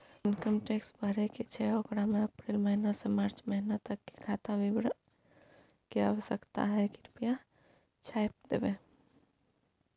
Income tax भरय के छै ओकरा में अप्रैल महिना से मार्च महिना तक के खाता विवरण के आवश्यकता हय कृप्या छाय्प देबै?